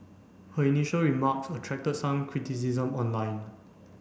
her initial remarks attracted some criticism online